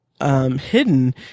hidden